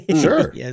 sure